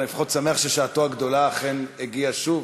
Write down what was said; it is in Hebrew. אבל אני לפחות שמח ששעתו הגדולה הגיעה שוב,